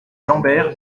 lambert